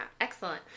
Excellent